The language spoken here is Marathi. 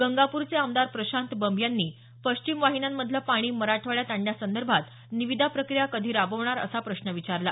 गंगापूरचे आमदार प्रशांत बंब यांनी पश्चिम वाहिन्यांमधलं पाणी मराठवाड्यात आणण्यासंदर्भात निविदा प्रक्रिया कधी राबवणार असा प्रश्न विचारला